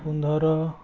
পোন্ধৰ